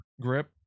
grip